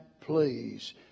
please